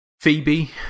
Phoebe